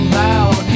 loud